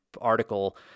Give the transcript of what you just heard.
article